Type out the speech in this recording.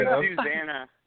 Susanna